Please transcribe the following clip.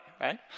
right